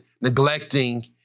neglecting